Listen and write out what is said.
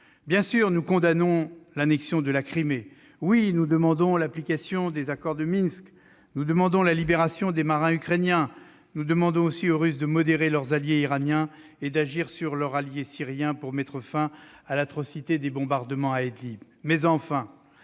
Oui, nous condamnons l'annexion de la Crimée ; oui, nous demandons l'application des accords de Minsk et la libération des marins ukrainiens ; oui, nous demandons aux Russes de modérer leurs alliés iraniens et d'agir sur leur allié syrien pour mettre fin à l'atrocité des bombardements à Idlib. Cependant,